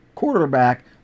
quarterback